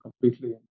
completely